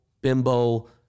bimbo